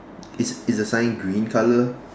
is is the sign green colour